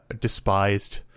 despised